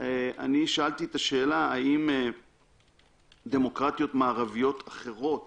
אני שאלתי את השאלה האם דמוקרטיות מערביות אחרות